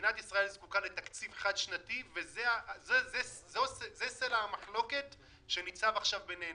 מדינת ישראל זקוקה לתקציב חד-שנתי וזה סלע המחלוקת שניצב עכשיו בינינו,